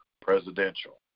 presidential